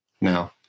now